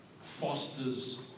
fosters